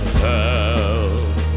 hell